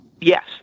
Yes